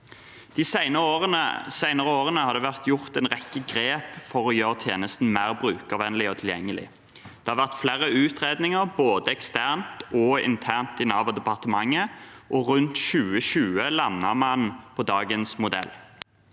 De senere årene har det vært tatt en rekke grep for å gjøre tjenesten mer brukervennlig og tilgjengelig. Det har vært flere utredninger, både eksternt og internt i Nav og departementet, og rundt 2020 landet man på dagens modell.